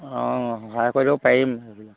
অঁ সহায় কৰি দিব পাৰিম সেইফালে